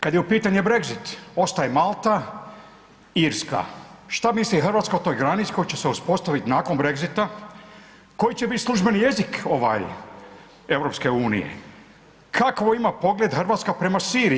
Kad je u pitanju Brexit, ostaje Malta, Irska, šta misli Hrvatska o toj granici koja će se uspostaviti nakon Brexita, koji će biti službeni jezik EU-a, kakav ima pogled Hrvatska prema Siriji?